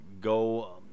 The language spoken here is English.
go